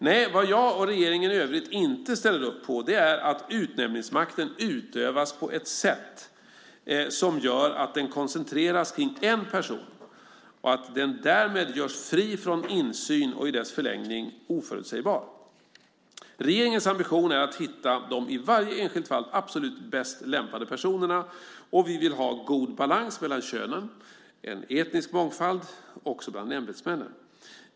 Nej, vad jag, och regeringen i övrigt, inte ställer upp på är att utnämningsmakten utövas på ett sätt som gör att den koncentreras kring en person och att den därmed görs fri från insyn och i förlängningen blir oförutsägbar. Regeringens ambition är att hitta de i varje enskilt fall absolut bäst lämpade personerna. Vi vill ha god balans mellan könen och en etnisk mångfald också bland ämbetsmännen.